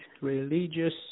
religious